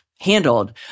handled